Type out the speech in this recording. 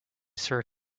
sir